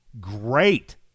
Great